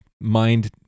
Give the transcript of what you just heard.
mind